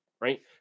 right